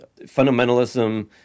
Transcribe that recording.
Fundamentalism